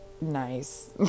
nice